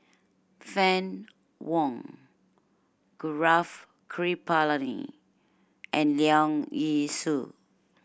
Fann Wong Gaurav Kripalani and Leong Yee Soo